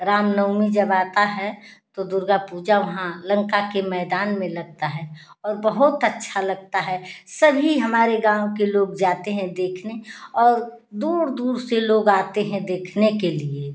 राम नवमी जब आता है तो दुर्गा पूजा वहाँ लंका के मैदान में लगता है और बहुत अच्छा लगता है सभी हमारे गाँव के लोग जाते हैं देखने और दूर दूर से लोग आते हैं देखने के लिए